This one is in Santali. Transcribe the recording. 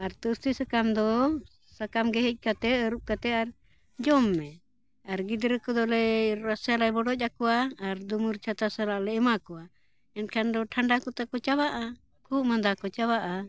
ᱟᱨ ᱛᱩᱥᱞᱤ ᱥᱟᱠᱟᱢ ᱫᱚ ᱥᱟᱠᱟᱢ ᱜᱮ ᱦᱮᱡᱽ ᱠᱟᱛᱮ ᱟᱹᱨᱩᱵ ᱠᱟᱛᱮ ᱟᱨ ᱡᱚᱢ ᱢᱮ ᱟᱨ ᱜᱤᱫᱽᱨᱟᱹ ᱠᱚᱫᱚ ᱞᱮ ᱨᱟᱥᱮ ᱞᱮ ᱵᱚᱰᱚᱡ ᱟᱠᱚᱣᱟ ᱟᱨ ᱫᱩᱢᱟᱹᱨ ᱪᱷᱟᱛᱟ ᱥᱟᱞᱟᱜ ᱞᱮ ᱮᱢᱟ ᱠᱚᱣᱟ ᱮᱱᱠᱷᱟᱱ ᱫᱚ ᱴᱷᱟᱱᱰᱟ ᱠᱚᱛᱮ ᱠᱚ ᱪᱟᱵᱟᱜᱼᱟ ᱠᱷᱩᱜ ᱢᱟᱫᱟ ᱠᱚ ᱪᱟᱵᱟᱜᱼᱟ